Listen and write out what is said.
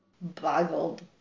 Boggled